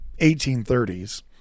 1830s